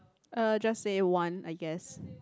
uh just say one I guess